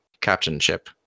captainship